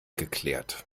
geklärt